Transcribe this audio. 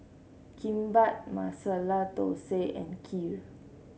Kimbap Masala Dosa and Kheer